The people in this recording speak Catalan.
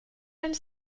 anys